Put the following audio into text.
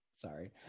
Sorry